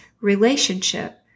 relationship